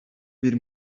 bir